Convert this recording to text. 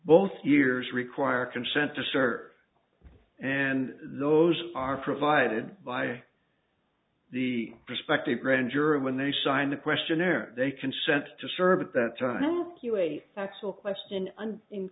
both years require consent to serve and those are provided by the respective grand jury when they sign the questionnaire they consent to serve at that time you ate sexual question